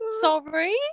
Sorry